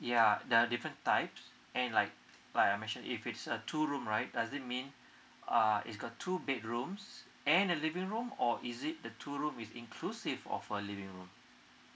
yeah they are different types and like like I mentioned if it's a two room right does it mean uh it's got two bedrooms and a living room or is it the two room is inclusive of a living room